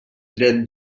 dret